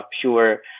pure